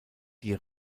die